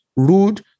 Rude